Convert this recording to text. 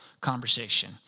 conversation